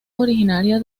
originaria